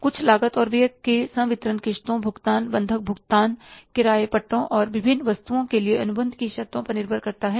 कुछ लागत और व्यय के लिए संवितरण किश्तों भुगतान बंधक भुगतान किराए पट्टों और विविध वस्तुओं के लिए अनुबंध की शर्तों पर निर्भर करता है